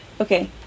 Okay